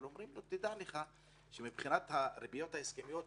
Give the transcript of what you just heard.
אומרים לו: תדע לך שמבחינת הריביות ההסכמיות,